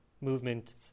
movement